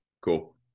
Cool